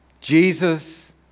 Jesus